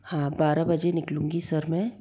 हाँ बारह बजे निकलूँगी सर मैं